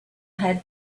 had